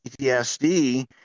PTSD